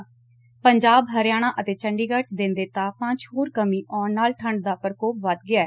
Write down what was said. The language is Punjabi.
ਪੰਜਾਬ ਹਰਿਆਣਾ ਅਤੇ ਚੰਡੀਗੜ 'ਚ ਦਿਨ ਦੇ ਤਾਪਮਾਨ 'ਚ ਹੋਰ ਕਮੀ ਆਉਣ ਨਾਲ ਠੰਡ ਦਾ ਪਰਕੋਪ ਵਧ ਗਿਐ